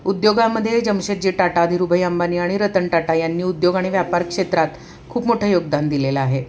उद्योगामध्ये जमशेदजी टाटा धीरुभाई अंबानी आणि रतन टाटा यांनी उद्योग आणि व्यापार क्षेत्रात खूप मोठं योगदान दिलेलं आहे